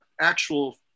actual